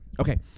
Okay